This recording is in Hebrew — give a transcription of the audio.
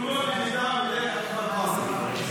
זה לא למידת לקח מכפר קאסם,